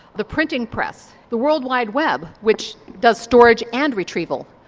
the printing press, the world wide web which does storage and retrieval.